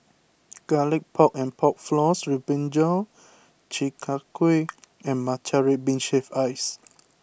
Garlic Pork and Pork Floss with Brinjal Chi Kak Kuih and Matcha Red Bean Shaved Ice